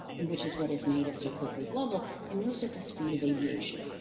and which is what has made it so quickly global, it moves at the speed of aviation.